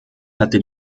hatte